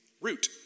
Root